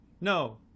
no